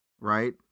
Right